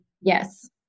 Yes